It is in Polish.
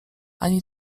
ani